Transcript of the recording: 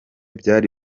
byari